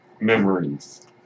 memories